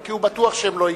כי הוא בטוח שהם לא יקרו.